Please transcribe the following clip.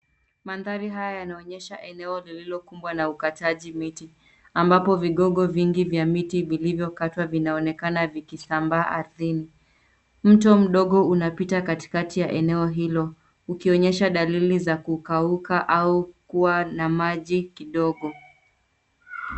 Mandhari haya yanaonyesha eneo lililokumbwa na ukataji miti ambapo vigogo vingi vya miti vilivyokatwa vinaonekana vikisambaa ardhini. Mto mdogo unapita katikati ya eneo hilo, ukionyesha dalili za kukauka au kuwa na maji kidogo.